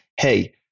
hey